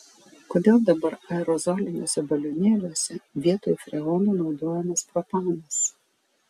kodėl dabar aerozoliniuose balionėliuose vietoj freono naudojamas propanas